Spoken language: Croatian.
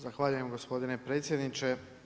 Zahvaljujem gospodine predsjedniče.